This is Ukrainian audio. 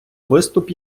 виступ